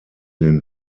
den